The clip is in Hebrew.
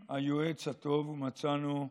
היועץ הטוב, מצאנו: